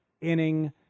inning